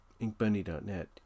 InkBunny.net